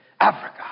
Africa